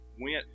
went